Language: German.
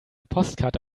postkarte